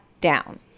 down